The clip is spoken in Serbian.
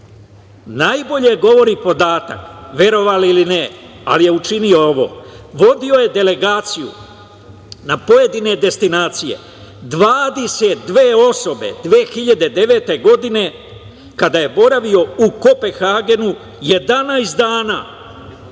najbolje govori podatak, verovali ili ne, ali je učinio ovo - vodio je delegaciju na pojedine destinacije, 22 osobe 2009. godine kada je boravio u Kopenhagenu 11 dana.